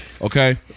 Okay